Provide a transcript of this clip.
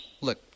look